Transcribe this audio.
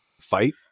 fight